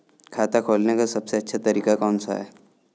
खाता खोलने का सबसे अच्छा तरीका कौन सा है?